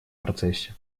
процессе